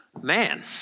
Man